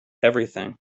everything